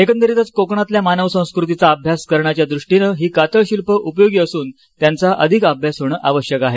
एकंदरीतच कोकणातल्या मानव संस्कृतीचा अभ्यास करण्याच्या दृष्टीनं हि कातळशिल्प उपयोगी असून त्यांचा अभ्यास होणं आवश्यक आहे